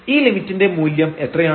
ഈ ലിമിറ്റിന്റെ മൂല്യം എത്രയാണ്